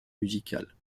musicales